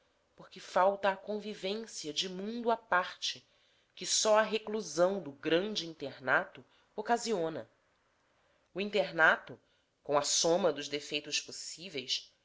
porque falta a convivência de mundo à parte que só a reclusão do grande internato ocasiona o internato com a soma dos defeitos possíveis